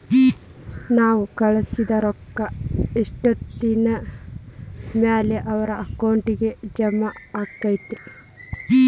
ನಾವು ಕಳಿಸಿದ್ ರೊಕ್ಕ ಎಷ್ಟೋತ್ತಿನ ಮ್ಯಾಲೆ ಅವರ ಅಕೌಂಟಗ್ ಜಮಾ ಆಕ್ಕೈತ್ರಿ?